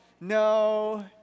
No